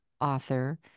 author